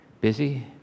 Busy